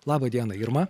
labą dieną irma